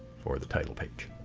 for the title page.